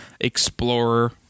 explorer